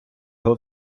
його